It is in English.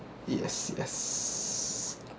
yes yes